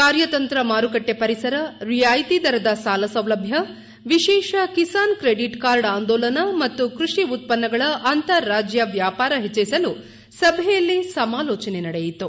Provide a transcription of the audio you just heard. ಕಾರ್ಯತಂತ್ರ ಮಾರುಕಟ್ಟೆ ಪರಿಸರ ರಿಯಾಯಿತಿ ದರದ ಸಾಲ ಸೌಲಭ್ಯ ವಿಶೇಷ ಕಿಸಾನ್ ಕ್ರೆದಿಟ್ ಕಾರ್ಡ್ ಅಂದೋಲನ ಮತ್ತು ಕೃಷಿ ಉತ್ಪನ್ನಗಳ ಅಂತಾರಾಜ್ಯ ವ್ಯಾಪಾರ ಹೆಚ್ಚಿಸಲು ಸಭೆಯಲ್ಲಿ ಸಮಾಲೋಚನೆ ನಡೆಯಿತು